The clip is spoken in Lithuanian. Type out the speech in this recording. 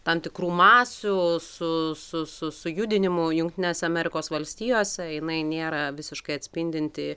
tam tikrų masių su su su sujudinimu jungtinėse amerikos valstijose jinai nėra visiškai atspindinti